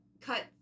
cut